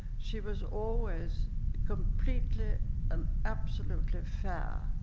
she was always completely and absolutely fair.